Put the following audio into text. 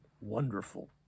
wonderful